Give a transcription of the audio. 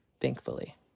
thankfully